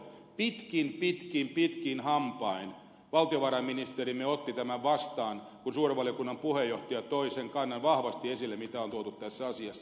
pitkin pitkin pitkin hampain valtiovarainministerimme otti tämän vastaan kun suuren valiokunnan puheenjohtaja toi sen kannan vahvasti esille mitä on tuotu tässä asiassa